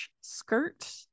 skirt